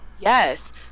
Yes